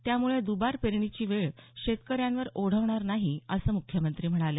त्यामुळे दुबार पेरणीची वेळ शेतकऱ्यांवर ओढवणार नाही असं ते म्हणाले